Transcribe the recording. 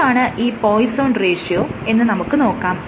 എന്താണ് ഈ Poisson ratio എന്ന് നമുക്ക് നോക്കാം